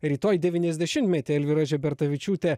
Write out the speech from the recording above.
rytoj devyniasdešimtmetį elvyra žebertavičiūtė